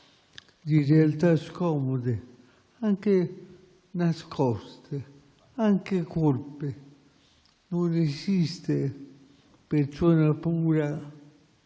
di realtà scomode, anche nascoste, anche colpe. Non esiste persona pura